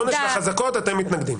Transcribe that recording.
לעונש ולחזקות אתם מתנגדים.